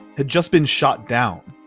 had just been shot down.